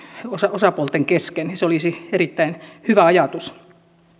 osapuolten kesken se olisi erittäin hyvä ajatus